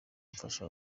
mfasha